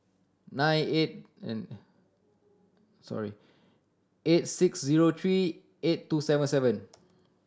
nine eight sorry eight six zero three eight two seven seven